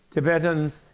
tibetans,